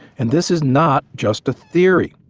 and this is not just a theory.